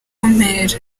mpera